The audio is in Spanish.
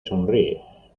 sonríe